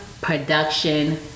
production